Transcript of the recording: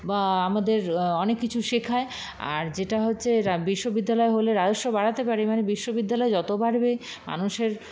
বা আমাদের অনেক কিছু শেখায় আর যেটা হচ্ছে বিশ্ববিদ্যালয় হলে রাজস্ব বাড়াতে পারে মানে বিশ্ববিদ্যালয় যত বাড়বে মানুষের